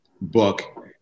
book